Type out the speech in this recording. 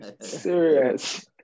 serious